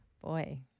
Boy